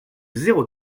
zéro